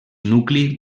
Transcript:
nucli